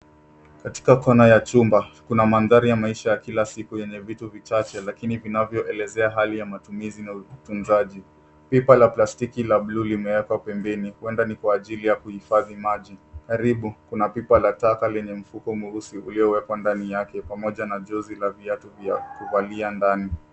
Katika kona ya chumba kuna mandhari ya maisha ya kila siku yenye vitu vichache lakini vinaelezea hali ya matumizi na utunzaji. pipa la plastiki la buluu limewekwa pembeni, huenda ni kwa ajili ya kuhifadhi maji. Karibu, kuna pipa la taka lenye mfuko mweusi uliowekwa ndani yake pamoja na jozi la viatu vya kuvalia ndani.